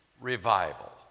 revival